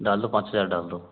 डाल दो पाँच हज़ार डाल दो